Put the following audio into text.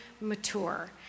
mature